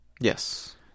yes